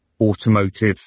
automotive